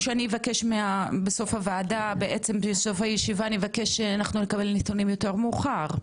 או שמה שאני אבקש בסוף הישיבה נבקש לקבל נתונים יותר מאוחר.